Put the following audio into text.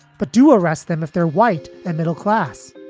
but do arrest them if they're white and middle class.